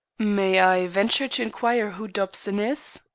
may i venture to inquire who dobson is?